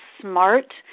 smart